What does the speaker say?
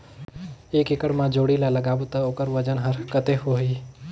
एक एकड़ मा जोणी ला लगाबो ता ओकर वजन हर कते होही?